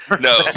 No